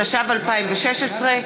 התשע"ו 2016,